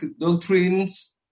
doctrines